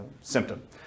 symptom